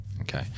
okay